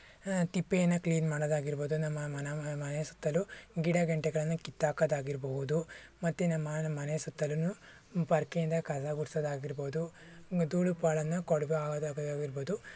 ತಿಪ್ಪೆಯನ್ನು clean ಮಾಡೋದಾಗಿರ್ಬೋದು ನಮ್ಮ ನಮ್ಮ ಮನೆಯ ಸುತ್ತಲೂ ಗಿಡ ಗೆಂಟೆಗಳನ್ನು ಕಿತ್ತು ಹಾಕದಾಗಿರ್ಬಹುದು ಮತ್ತು ನಮ್ಮ ನಮ್ಮ ಮನೆ ಸುತ್ತಲೂ ಪೊರ್ಕೆಯಿಂದ ಕಸ ಗುಡಿಸೋದಾಗಿರ್ಬೋದು ಧೂಳು ಪಾಳನ್ನು ಕೊಡ್ಗಿ ಆಗಿರ್ಬೋದು